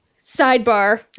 Sidebar